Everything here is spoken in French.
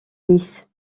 nice